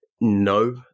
no